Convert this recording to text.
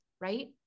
right